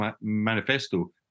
Manifesto